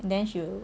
then she will